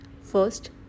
First